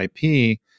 IP